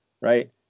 right